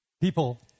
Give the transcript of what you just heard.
People